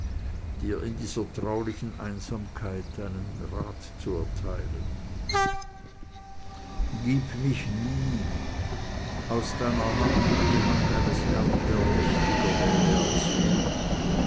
dir in dieser traulichen einsamkeit einen rat zu erteilen gib mich nie aus deiner hand in die hand eines herrn der mächtiger wäre als du